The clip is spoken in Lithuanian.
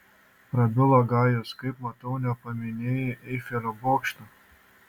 prabilo gajus kaip matau nepaminėjai eifelio bokšto